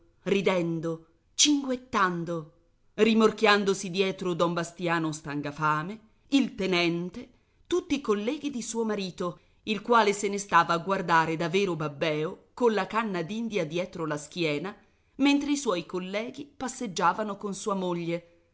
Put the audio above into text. ridendo cinguettando rimorchiandosi dietro don bastiano stangafame il tenente tutti i colleghi di suo marito il quale se ne stava a guardare da vero babbèo colla canna d'india dietro la schiena mentre i suoi colleghi passeggiavano con sua moglie